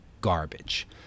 garbage